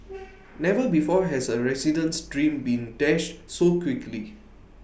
never before has A resident's dream been dash so quickly